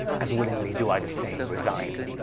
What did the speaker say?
as willingly doe i the same resigne,